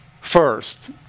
First